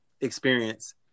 experience